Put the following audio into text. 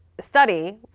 study